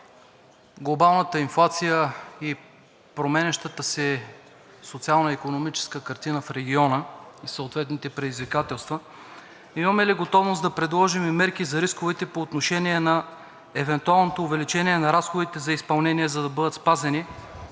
глобалната инфлация и променящата се социално-икономическа картина в региона, и съответните предизвикателства? Имаме ли готовност да предложим мерки за рисковете по отношение на евентуалното увеличение на разходите за изпълнение, за да бъдат спазени